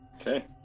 Okay